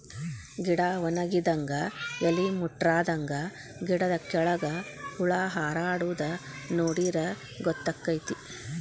ಗಿಡಾ ವನಗಿದಂಗ ಎಲಿ ಮುಟ್ರಾದಂಗ ಗಿಡದ ಕೆಳ್ಗ ಹುಳಾ ಹಾರಾಡುದ ನೋಡಿರ ಗೊತ್ತಕೈತಿ